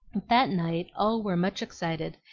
that night all were much excited,